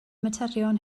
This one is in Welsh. materion